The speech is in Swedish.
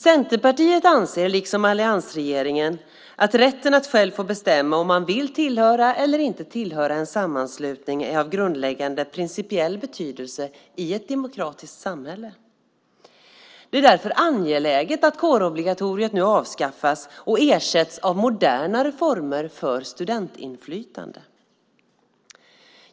Centerpartiet anser, liksom alliansregeringen, att rätten att själv få bestämma om man vill tillhöra eller inte tillhöra en sammanslutning är av grundläggande principiell betydelse i ett demokratiskt samhälle. Det är därför angeläget att kårobligatoriet nu avskaffas och ersätts av modernare former för studentinflytande.